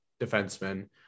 defenseman